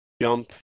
jump